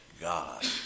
God